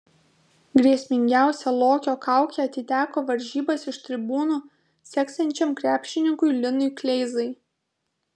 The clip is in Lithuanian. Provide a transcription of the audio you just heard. grėsmingiausia lokio kaukė atiteko varžybas iš tribūnų seksiančiam krepšininkui linui kleizai